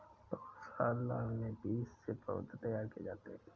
पौधशाला में बीज से पौधे तैयार किए जाते हैं